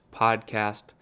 podcast